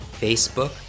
Facebook